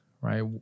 right